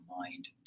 mind